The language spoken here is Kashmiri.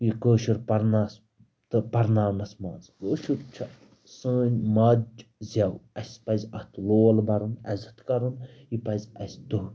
یہِ کٲشُر پَرنَس تہٕ پَرناونَس منٛز کٲشُر چھےٚ سٲنۍ ماجہِ زٮ۪و اَسہِ پَزِ اَتھ لول بَرُن عزت کرُن یہِ پزِ اَسہِ دۄہ